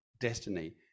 destiny